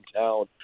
town